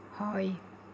হয়